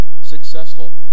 successful